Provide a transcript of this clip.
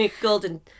Golden